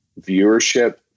viewership